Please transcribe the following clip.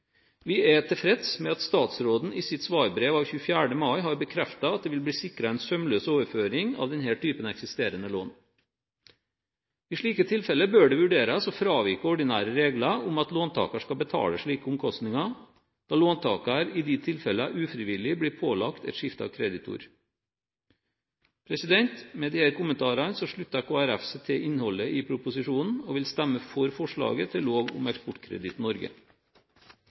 Vi er tilfreds med at statsråden i sitt svarbrev av 24. mai har bekreftet at det vil bli sikret en sømløs overføring av denne typen eksisterende lån. I slike tilfeller bør det vurderes å fravike ordinære regler om at låntaker skal betale slike omkostninger, da låntaker i disse tilfellene ufrivillig blir pålagt et skifte av kreditor. Med disse kommentarene slutter Kristelig Folkeparti seg til innholdet i proposisjonen og vil stemme for forslaget til lov om Eksportkreditt Norge